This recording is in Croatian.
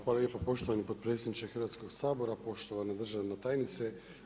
Hvala lijepo poštovani potpredsjedniče Hrvatskog sabora, poštovana državna tajnice.